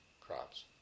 crops